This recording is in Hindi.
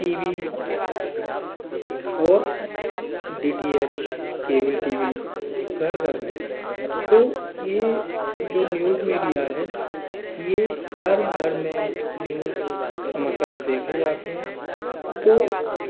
टी वी है और D T H cable T V घर घर में है तो यह जो न्यूज़ मीडिया है यह हर घर में न्यूज़ समाचार देखे जाते हैं तो